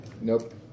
Nope